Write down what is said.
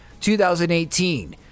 2018